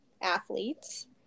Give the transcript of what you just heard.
athletes